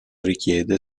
richiede